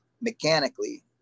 mechanically